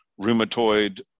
rheumatoid